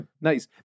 Nice